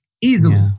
easily